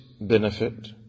benefit